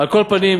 על כל פנים,